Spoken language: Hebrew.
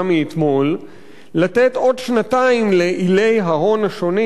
מאתמול לתת עוד שנתיים לאילי ההון השונים